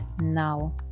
now